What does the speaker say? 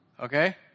Okay